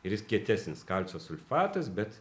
ir jis kietesnis kalcio sulfatas bet